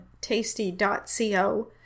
tasty.co